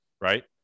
right